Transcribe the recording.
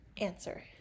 answer